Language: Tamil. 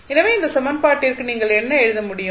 எனவே இந்த சமன்பாட்டிற்கு நீங்கள் என்ன எழுத முடியும்